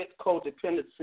codependency